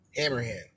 Hammerhand